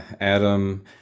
Adam